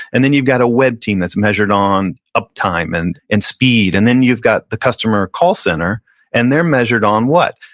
and then you've got a web team that's measured on uptime and and speed, and then you've got the customer call center and they're measured on what?